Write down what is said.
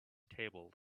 tabled